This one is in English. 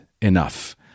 enough